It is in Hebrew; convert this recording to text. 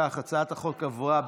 לפיכך הצעת החוק עברה.